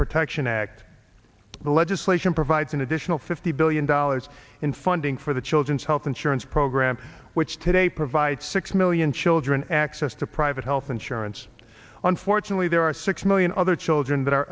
protection act the legislation provides an additional fifty billion dollars in funding for the children's health insurance program which today provides six million children access to private health insurance unfortunately there are six million other children that are